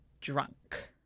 drunk